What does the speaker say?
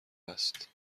است